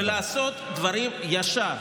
ולעשות דברים ישר.